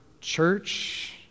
church